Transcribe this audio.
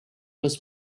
was